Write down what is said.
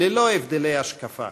ללא הבדלי השקפה.